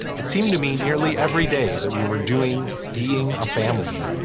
it seemed to me nearly every day that we were doing being a family.